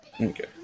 Okay